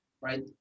right